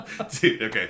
okay